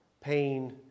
pain